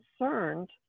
concerned